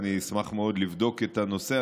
אני אשמח מאוד לבדוק את הנושא.